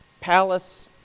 palace